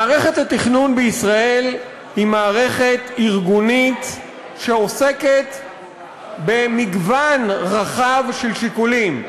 מערכת התכנון בישראל היא מערכת ארגונית שעסקת במגוון רחב של שיקולים,